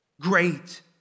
great